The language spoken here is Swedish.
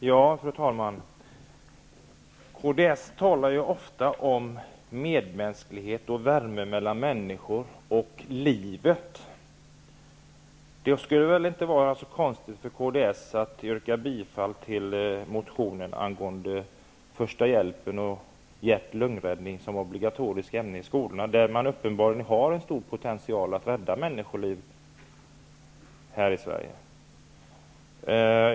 Fru talman! Kds talar ofta om medmänsklighet, värme mellan människor och livet. Det skulle väl inte vara så konstigt för kds att yrka bifall till motionen angående första hjälpen och hjärt och lungräddning som obligatoriskt ämne i skolorna, där man uppenbarligen har en stor potential att rädda människoliv här i Sverige.